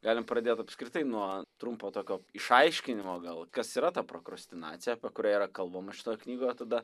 galim pradėt apskritai nuo trumpo tokio išaiškinimo gal kas yra ta prokrastinacija apie kurią yra kalbama šitoj knygoje tada